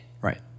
right